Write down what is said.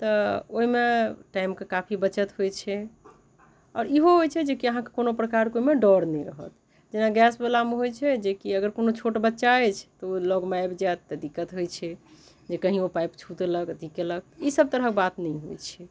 तऽ ओइमे टाइमके काफी बचत होइ छै आओर इहो होइ छै जेकि अहाँके कोनो प्रकारके ओइमे डर नहि रहत जेना गैसवला मे होइ छै जेकि अगर कोनो छोट बच्चा अछि तऽ ओ लगमे आबि जायत तऽ दिक्कत होइ छै जे कही ओ पाइप छू देलक अथी कयलक ई सब तरहक बात नहि होइ छै